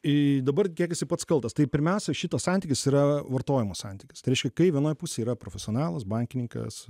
ir dabar kiek esi pats kaltas tai pirmiausia šitas santykis yra vartojimo santykis tai reiškia kai viena pusė yra profesionalas bankininkas